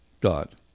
God